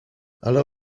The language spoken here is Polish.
ale